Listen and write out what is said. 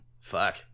Fuck